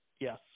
Yes